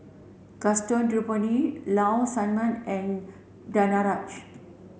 Gaston Dutronquoy Low Sanmay and Danaraj